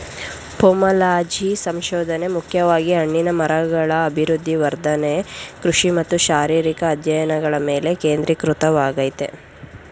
pomology ಸಂಶೋಧನೆ ಮುಖ್ಯವಾಗಿ ಹಣ್ಣಿನ ಮರಗಳ ಅಭಿವೃದ್ಧಿ ವರ್ಧನೆ ಕೃಷಿ ಮತ್ತು ಶಾರೀರಿಕ ಅಧ್ಯಯನಗಳ ಮೇಲೆ ಕೇಂದ್ರೀಕೃತವಾಗಯ್ತೆ